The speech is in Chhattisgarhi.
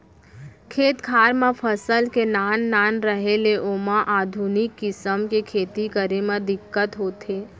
खेत खार म फसल के नान नान रहें ले ओमा आधुनिक किसम के खेती करे म दिक्कत होथे